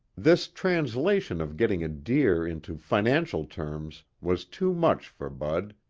this translation of getting a deer into financial terms was too much for bud,